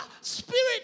Spirit